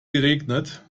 geregnet